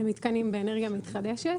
למתקנים באנרגיה מתחדשת.